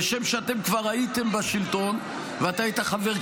כשם שאתם כבר הייתם בשלטון ואתה היית חבר,